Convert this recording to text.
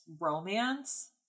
romance